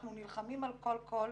אנחנו נלחמים על כל קול,